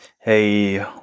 hey